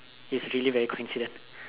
it's really very coincident